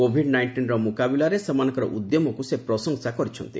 Covid ନାଇଷ୍ଟିନ୍ର ମୁକାବିଲାରେ ସେମାନଙ୍କର ଉଦ୍ୟମକ୍ତ ସେ ପ୍ରଶଂସା କରିଛନ୍ତି